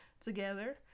together